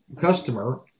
customer